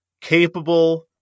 capable